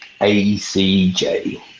ACJ